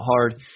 hard